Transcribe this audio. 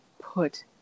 put